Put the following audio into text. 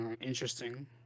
interesting